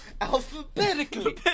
alphabetically